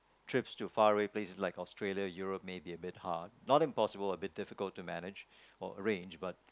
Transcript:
trips to far away places like Australia Europe may be a bit hard not impossible a bit difficult to manage or arrange but